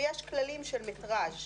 ויש כללים של מטראז'